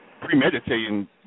premeditating